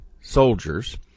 soldiers